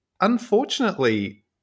unfortunately